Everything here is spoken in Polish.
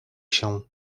się